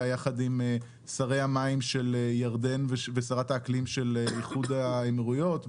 ביחד עם שרי המים של ירדן ושרת האקלים של איחוד האמירויות,